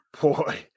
Boy